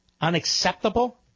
Unacceptable